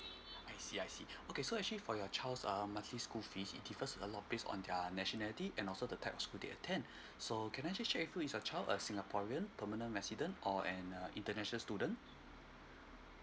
I see I see okay so actually for your child uh monthly school fees it differs a lot based on their nationality and also the type of school they attend so can I just check with you is your child a singaporean permanent resident or an uh international student